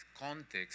context